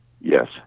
Yes